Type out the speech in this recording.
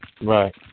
Right